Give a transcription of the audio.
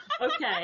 okay